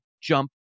jump